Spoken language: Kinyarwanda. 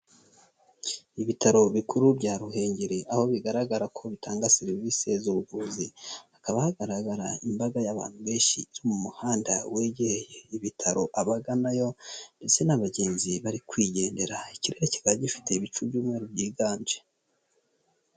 Ibitaro bikuru bya Ruhengeri aho bigaragara ko bitanga serivisi z'ubuvuzi, hakaba hagaragara imbaga y'abantu benshi bari mu muhanda wegereye ibitaro abaganayo ndetse n'abagenzi barikwigendera, ikirere kikaba gifite ibicu by'umweru byiganje.